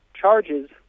charges